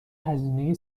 هزینه